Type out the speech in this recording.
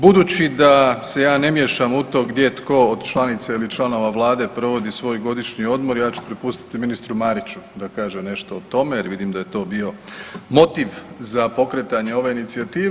Budući da se ja ne miješam u to gdje tko od članica ili članova Vlade provodi svoj godišnji odmor, ja ću prepustiti ministru Mariću da kaže nešto o tome jer vidim da je to bio motiv za pokretanje ove inicijative.